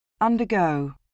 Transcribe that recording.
Undergo